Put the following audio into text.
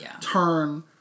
turn